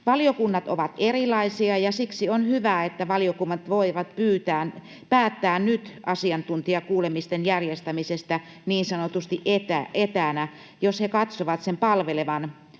Valiokunnat ovat erilaisia, ja siksi on hyvä, että valiokunnat voivat nyt päättää asiantuntijakuulemisten järjestämisestä niin sanotusti etänä, jos ne katsovat sen olevan